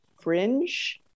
fringe